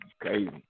crazy